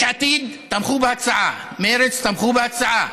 יש עתיד תמכו בהצעה, מרצ תמכו בהצעה.